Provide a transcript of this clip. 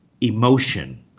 emotion